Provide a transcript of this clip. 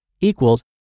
equals